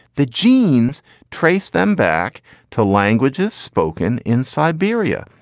the genes trace them back to languages spoken in siberia.